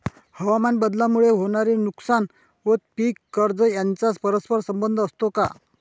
हवामानबदलामुळे होणारे नुकसान व पीक कर्ज यांचा परस्पर संबंध असतो का?